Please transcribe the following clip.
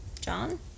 John